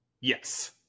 Yes